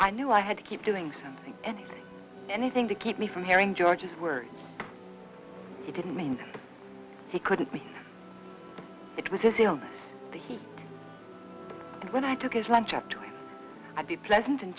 i knew i had to keep doing something anything anything to keep me from hearing george's words he didn't mean he couldn't be it was just the he when i took his lunch after i'd be pleasant and